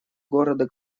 города